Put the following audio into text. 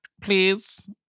please